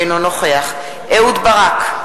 אינו נוכח אהוד ברק,